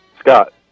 Scott